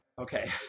Okay